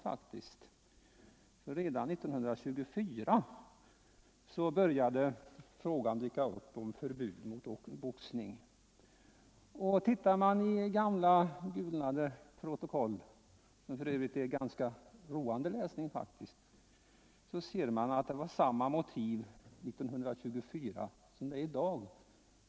Redan 1924 började frågan om förbud mot boxning dyka upp, och tittar man i gamla gulnade protokoll — som för övrigt är en ganska roande läsning — ser man att argumenten hos dem som var motståndare till boxning var desamma 1924 som de är i dag.